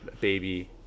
baby